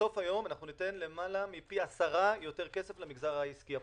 בסוף היום אנחנו ניתן למעלה מפי עשרה יותר כסף למגזר העסקי הפרטי.